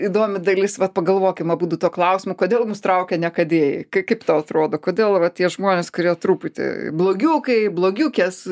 įdomi dalis vat pagalvokim abudu tuo klausimu kodėl mus traukia niekadėjai kaip tau atrodo kodėl va tie žmonės kurie truputį blogiukai blogiukės